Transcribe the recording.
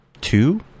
two